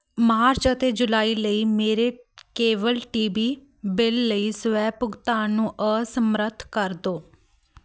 March ਅਤੇ ਜੁਲਾਈ ਲਈ ਮੇਰੇ ਕੇਵਲ ਟੀ ਵੀ ਬਿੱਲ ਲਈ ਸਵੈ ਭੁਗਤਾਨ ਨੂੰ ਅਸਮਰੱਥ ਕਰ ਦਿਉ